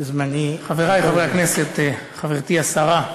חברתי השרה,